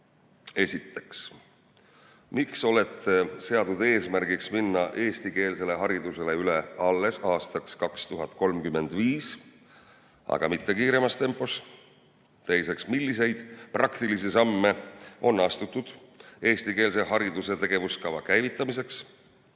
Esiteks, miks olete seadnud eesmärgiks minna eestikeelsele haridusele üle alles aastaks 2035, aga mitte kiiremas tempos? Teiseks, milliseid praktilisi samme on astutud eestikeelse hariduse tegevuskava käivitamiseks?